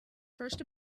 first